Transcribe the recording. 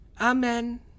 Amen